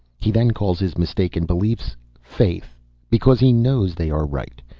he then calls his mistaken beliefs faith because he knows they are right.